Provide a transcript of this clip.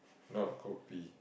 not kopi